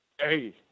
hey